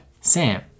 Sam